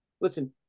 listen